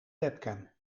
webcam